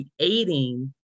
creating